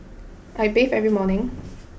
I bathe every morning